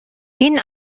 این